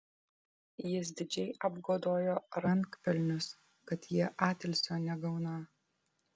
jis didžiai apgodojo rankpelnius kad jie atilsio negauną